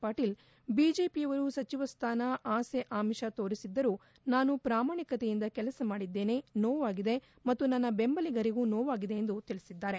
ಪಾಟೀಲ್ ಬಿಜೆಪಿಯವರು ಸಚಿವ ಸ್ಥಾನ ಆಸೆ ಆಮಿಷ ತೋರಿಸಿದ್ದರೂ ನಾನು ಪ್ರಾಮಾಣಿಕತೆಯಿಂದ ಕೆಲಸ ಮಾಡಿದ್ದೇನೆ ನನಗೆ ನೋವಾಗಿದೆ ಮತ್ತು ನನ್ನ ದೆಂಬಲಿಗರಿಗೂ ನೋವಾಗಿದೆ ತಿಳಿಸಿದ್ದಾರೆ